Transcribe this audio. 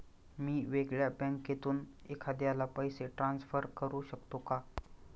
मी वेगळ्या बँकेतून एखाद्याला पैसे ट्रान्सफर करू शकतो का?